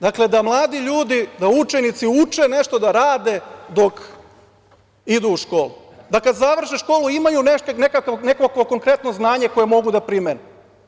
Dakle, da mladi ljudi, da učenici uče nešto da rade dok idu u školu, da kada završe školu imaju nekakvo konkretno znanje koje mogu da primene.